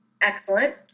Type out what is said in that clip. excellent